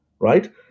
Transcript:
right